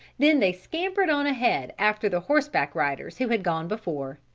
then they scampered on ahead after the horseback riders who had gone before.